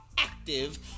active